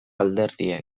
alderdiek